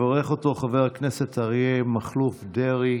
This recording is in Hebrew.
יברך אותו חבר הכנסת אריה מכלוף דרעי.